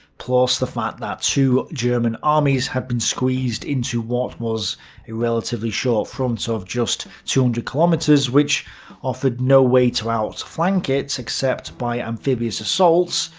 plus, the fact that two german armies had been squeezed into what was a relatively short front so of just two hundred and kilometers, which offered no way to outflank it, except by amphibious assaults,